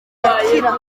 irakira